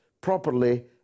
properly